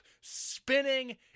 spinning